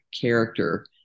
character